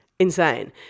Insane